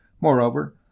Moreover